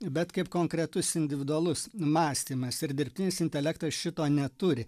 bet kaip konkretus individualus mąstymas ir dirbtinis intelektas šito neturi